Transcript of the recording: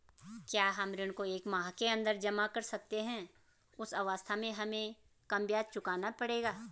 क्या हम ऋण को एक माह के अन्दर जमा कर सकते हैं उस अवस्था में हमें कम ब्याज चुकाना पड़ेगा?